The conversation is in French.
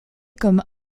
comme